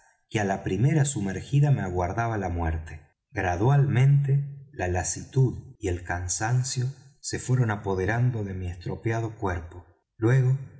que á la primera sumergida me aguardaba la muerte gradualmente la lasitud y el cansancio se fueron apoderando de mi estropeado cuerpo luego